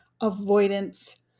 avoidance